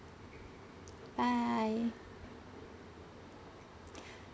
bye